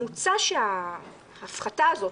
מוצע שההפחתה הזאת,